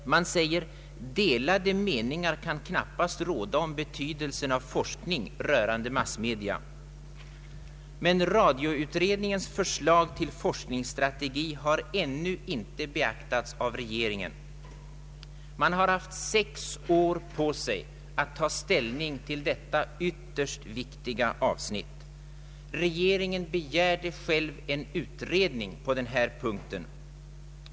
Utskottet anför: ”Delade meningar kan knappast råda om betydelsen av forskning rörande massmedia.” Men radioutredningens förslag till forskningsstrategi har ännu inte beaktats av regeringen, som haft sex år på sig att ta ställning till detta ytterst viktiga avsnitt. Regeringen begärde själv en utredning på denna punkt.